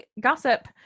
gossip